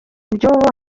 by’ubu